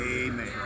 Amen